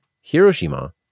Hiroshima